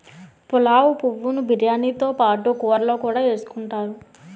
పులావు పువ్వు ను బిర్యానీతో పాటు కూరల్లో కూడా ఎసుకుంతారు